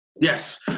Yes